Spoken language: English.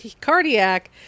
Cardiac